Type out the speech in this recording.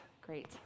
great